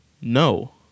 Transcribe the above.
no